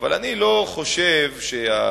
אבל אני לא חושב שהשיטה,